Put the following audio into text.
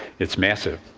it's massive.